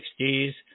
60s